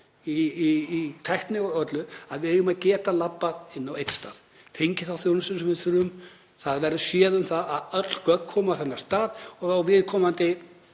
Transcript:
í tækni og öllu að við eigum að geta labbað inn á einn stað, fengið þá þjónustu sem við þurfum. Það verður séð um að öll gögn komi á þennan stað og viðkomandi